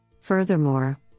Furthermore